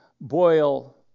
boil